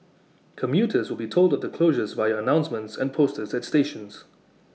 commuters will be told of the closures via announcements and posters at stations